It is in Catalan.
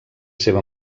seva